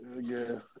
yes